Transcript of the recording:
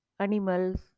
animals